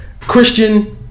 Christian